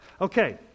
Okay